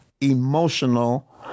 emotional